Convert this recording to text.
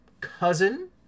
cousin